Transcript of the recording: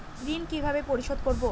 ঋণ কিভাবে পরিশোধ করব?